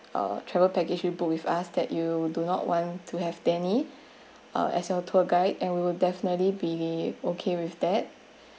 uh travel package you book with us that you do not want to have danny uh as your tour guide and we will definitely be okay with that